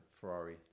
Ferrari